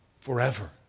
forever